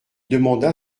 demanda